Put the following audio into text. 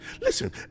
Listen